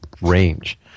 range